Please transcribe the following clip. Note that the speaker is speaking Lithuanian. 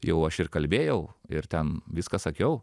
jau aš ir kalbėjau ir ten viską sakiau